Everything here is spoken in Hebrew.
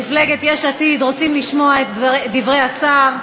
מפלגת יש עתיד רוצים לשמוע את דברי השר,